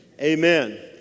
amen